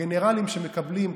הגנרלים שמקבלים,